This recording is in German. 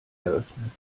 eröffnen